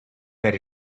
that